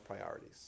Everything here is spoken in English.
priorities